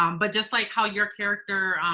um but just like how your character,